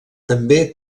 també